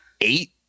eight